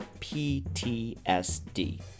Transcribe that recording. PTSD